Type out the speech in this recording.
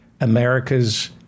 America's